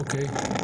אוקיי.